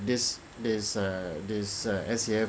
this this err this err scf